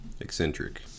eccentric